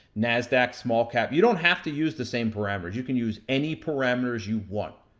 nasdq, small cap. you don't have to use the same parameters. you can use any parameters you want.